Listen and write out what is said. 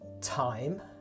time